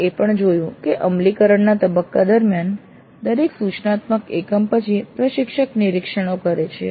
આપણે એ પણ જોયું કે અમલીકરણના તબક્કા દરમિયાન દરેક સૂચનાત્મક એકમ પછી પ્રશિક્ષક નિરીક્ષણો કરે છે